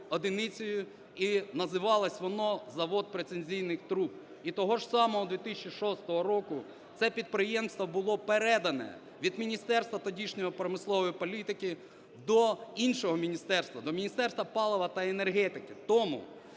і називалось воно завод прецизійних труб. І того ж самого 2006 року це підприємство було передане від Міністерства тодішньої промислової політики до іншого міністерства – до Міністерства палива та енергетики. Тому